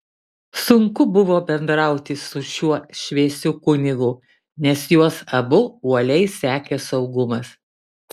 sunku buvo bendrauti su šiuo šviesiu kunigu nes juos abu uoliai sekė saugumas